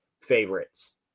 favorites